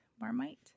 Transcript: Marmite